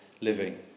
living